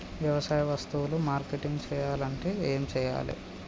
వ్యవసాయ వస్తువులు మార్కెటింగ్ చెయ్యాలంటే ఏం చెయ్యాలే?